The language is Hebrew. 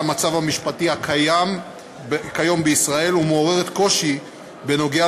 למצב המשפטי הקיים כיום בישראל ומעוררת קושי בנוגע